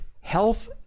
health